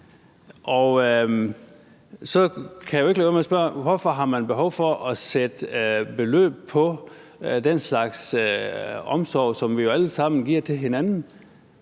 Hvorfor har man behov for at sætte beløb på den slags omsorg, som vi jo alle sammen giver til hinanden?